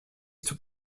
took